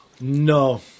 no